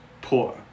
poor